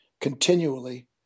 continually